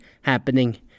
happening